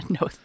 no